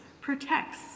protects